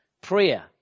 prayer